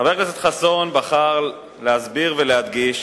חבר הכנסת חסון בחר להסביר ולהדגיש